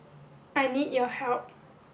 I need your help